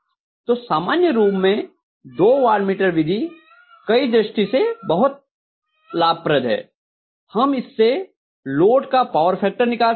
तो सामान्य रूप में दो वाट मीटर विधि कई दृष्टि से बहुत लाभप्रद है हम इससे लोड का पावर फैक्टर निकाल सकते हैं